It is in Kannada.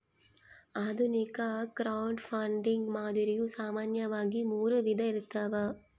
ಆಧುನಿಕ ಕ್ರೌಡ್ಫಂಡಿಂಗ್ ಮಾದರಿಯು ಸಾಮಾನ್ಯವಾಗಿ ಮೂರು ವಿಧ ಇರ್ತವ